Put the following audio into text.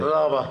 תודה רבה.